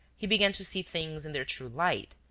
he began to see things in their true light.